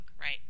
Right